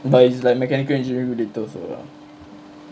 but it's like mechanical engineering viduthosa lah